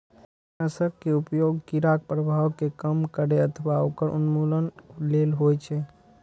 कीटनाशक के उपयोग कीड़ाक प्रभाव कें कम करै अथवा ओकर उन्मूलन लेल होइ छै